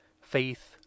faith